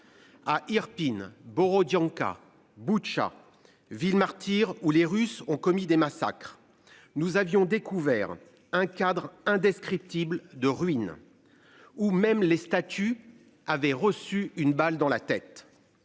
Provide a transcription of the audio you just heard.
À Irpin, Borodianka Boutcha. Ville martyre, où les Russes ont commis des massacres. Nous avions découvert un cadre indescriptible de ruines. Ou même les statuts avait reçu une balle dans la tête.